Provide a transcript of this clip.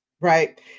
right